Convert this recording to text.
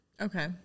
Okay